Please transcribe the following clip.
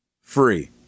Free